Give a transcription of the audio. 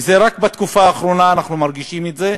רק בתקופה האחרונה אנחנו מרגישים את זה,